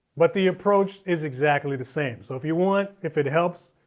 but the approach is exactly the same. so if you want, if it helps